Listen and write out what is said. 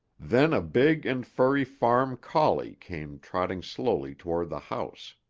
then a big and furry farm collie came trotting slowly toward the house.